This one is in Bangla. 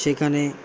সেখানে